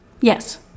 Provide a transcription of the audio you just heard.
Yes